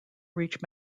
reach